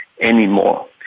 anymore